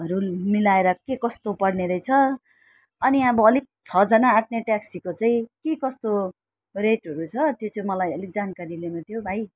हरू मिलाएर के कस्तो पर्ने रहेछ अनि अब अलिक छजना आँट्ने ट्याक्सीको चाहिँ के कस्तो रेटहरू छ त्यो चाहिँ मलाई अलिक जानकारी लिनु थियो भाइ ए